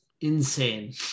insane